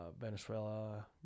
Venezuela